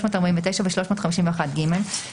349 ו-351(ג).